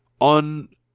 on